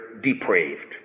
depraved